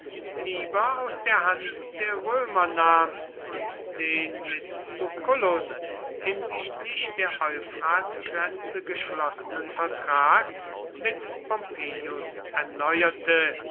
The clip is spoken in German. lieber aus der hand der römer nahm und den mit lucullus hinsichtlich der euphratgrenze abgeschlossenen vertrag mit pompeius erneuerte